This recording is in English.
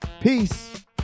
Peace